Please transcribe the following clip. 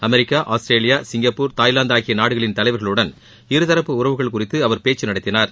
America Australia Singapore Thailand ஆகிய நாடுகளின் தலைவர்களுடன் இருதரப்பு உறவுகள் குறித்து அவர் பேச்சு வார்த்தை நடத்தினார்